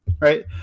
right